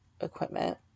equipment